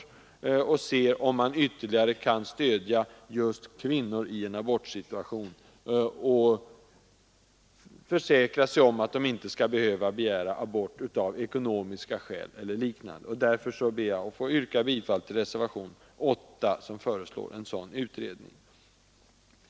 Man måste se efter om man ytterligare kan stödja kvinnor i en abortsituation och försäkra sig om att de inte skall behöva begära abort av ekonomiska skäl eller liknande. Därför ber jag att få yrka bifall till reservationen 8, där en sådan utredning föreslås.